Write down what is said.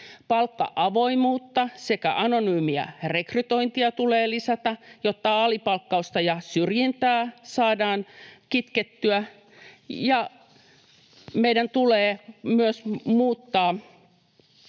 palkka-avoimuutta sekä anonyymiä rekrytointia tulee lisätä, jotta alipalkkausta ja syrjintää saadaan kitkettyä, ja meidän tulee myös muuttaa